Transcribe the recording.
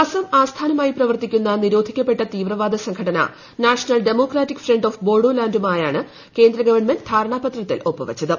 അസം ആസ്ഥാനമായി പ്രവർത്തിക്കുന്ന നിരോധിക്കപ്പെട്ട തീവ്രവാദ സംഘടന നാഷണൽ ഡെമോക്രാറ്റിക് ഫ്രണ്ട് ഓഫ് ബോഡോലാന്റുമായാണ് കേന്ദ്ര ഗവൺമെന്റ് ധാരണാപത്രത്തിൽ ഒപ്പുവച്ചത്